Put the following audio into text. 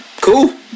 Cool